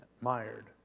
mired